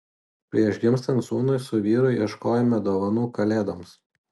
prieš gimstant sūnui su vyru ieškojome dovanų kalėdoms